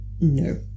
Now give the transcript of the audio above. no